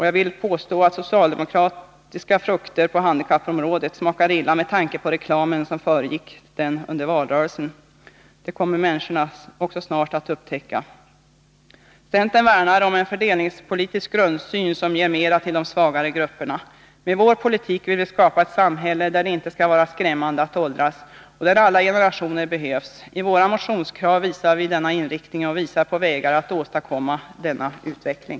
Jag vill påstå att socialdemokratiska frukter på handikappområdet smakar illa med tanke på all reklam under valrörelsen. Det kommer människorna snart att upptäcka. Centern värnar om en fördelningspolitisk grundsyn som syftar till att de svagare grupperna får mera. Med vår politik vill vi skapa ett samhälle där det inte är skrämmande att åldras och där alla generationer behövs. I våra motionskrav ger vi uttryck för denna inriktning, och vi visar där på vägar att åstadkomma en sådan utveckling.